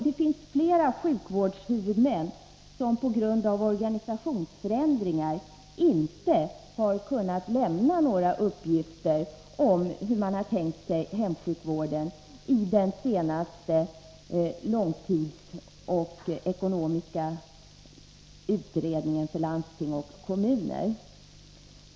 Det finns flera sjukvårdshuvudmän som på grund av organisationsförändringar inte har kunnat lämna några uppgifter om hur de har tänkt sig hemsjukvården i den senaste ekonomiska långtidsplaneringen för landsting och kommuner.